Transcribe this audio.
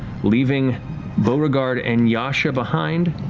leaving beauregard and yasha behind.